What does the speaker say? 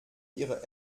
ihre